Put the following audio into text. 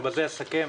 ובזה אסכם,